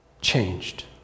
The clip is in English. changed